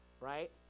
Right